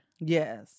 Yes